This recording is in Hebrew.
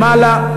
למעלה,